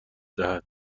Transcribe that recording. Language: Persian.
دهد